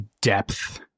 depth